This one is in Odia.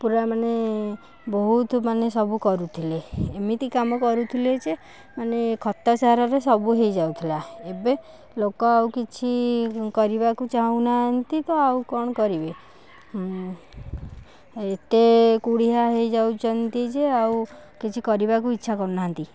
ପୁରା ମାନେ ବହୁତ ମାନେ ସବୁ କରୁଥିଲେ ଏମିତି କାମ କରୁଥିଲେ ଯେ ମାନେ ଖତ ସାରରେ ସବୁ ହେଇ ଯାଉଥିଲା ଏବେ ଲୋକ ଆଉ କିଛି କରିବାକୁ ଚାଁହୁ ନାହାଁନ୍ତି ତ ଆଉ କ'ଣ କରିବେ ଏତେ କୁଢ଼ିଆ ହେଇ ଯାଉଛନ୍ତି ଯେ ଆଉ କିଛି କରିବାକୁ ଇଚ୍ଛା କରୁ ନାହାଁନ୍ତି